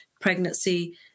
pregnancy